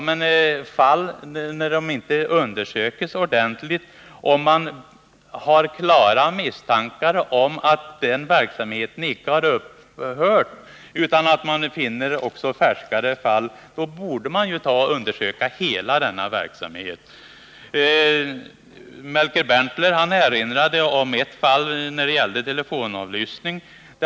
Men när de fallen inte har undersökts ordentligt och man dessutom har klara misstankar om att verksamheten inte har upphört därför att man har färska uppgifter — då kan man hävda att hela denna verksamhet borde undersökas. Melker Berntler erinrar om ett fall när det gällde telefonavlyssning.